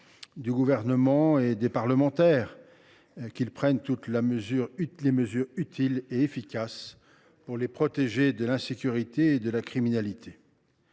du Gouvernement et des parlementaires qu’ils prennent toutes les mesures utiles et efficaces pour les protéger de l’insécurité et de la criminalité,